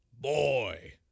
Boy